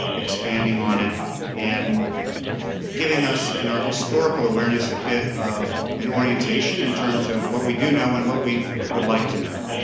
expanding on it and giving us and our historical awareness a bit of an orientation in terms of what we do know and what we would like to know.